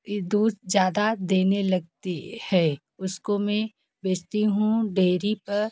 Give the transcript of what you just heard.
इ दूध ज़्यादा देने लगती है उसको मैं बेचती हूँ डैरी पर